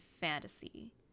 fantasy